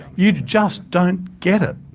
you just don't get it.